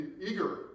eager